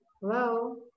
Hello